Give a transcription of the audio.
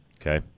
Okay